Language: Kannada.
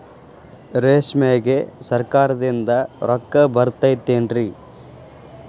ರೇಷ್ಮೆಗೆ ಸರಕಾರದಿಂದ ರೊಕ್ಕ ಬರತೈತೇನ್ರಿ?